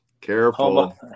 careful